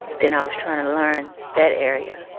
then i was trying to learn that area.